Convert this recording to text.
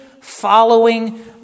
following